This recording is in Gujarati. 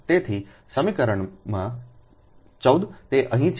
તેથી સમીકરણમાં 14 તે અહીં છે